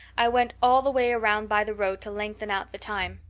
i went all the way around by the road to lengthen out the time.